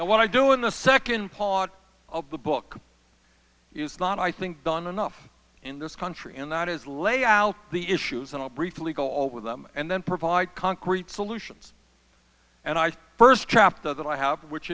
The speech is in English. i want to do in the second part of the book it's not i think done enough in this country and that is lay out the issues and briefly go over them and then provide concrete solutions and our first chapter that i have which